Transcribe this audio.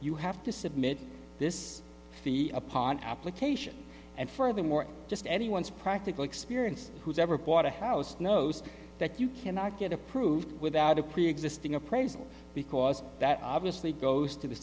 you have to submit this fee upon application and furthermore just anyone's practical experience who's ever bought a house knows that you cannot get approved without a preexisting appraisal because that obviously goes to the